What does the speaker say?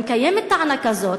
אם קיימת טענה כזאת,